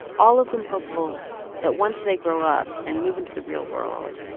all of them hopeful that once they grow up and move into the real world,